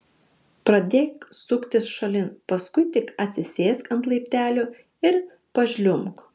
pradėk suktis šalin paskui tik atsisėsk ant laiptelio ir pažliumbk